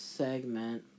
segment